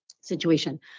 situation